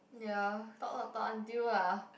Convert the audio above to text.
ya talk lot talk until ah